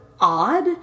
odd